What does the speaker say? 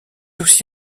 aussi